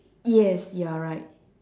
yes you're right